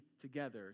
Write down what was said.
together